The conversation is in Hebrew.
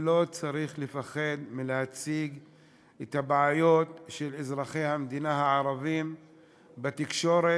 לא צריך לפחד להציג את הבעיות של אזרחי המדינה הערבים בתקשורת,